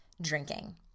drinking